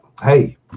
hey